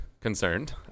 concerned